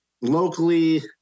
locally